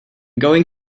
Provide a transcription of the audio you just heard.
going